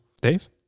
Dave